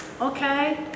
okay